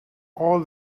all